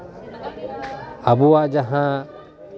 ᱟᱵᱚᱣᱟᱜ ᱡᱟᱦᱟᱸ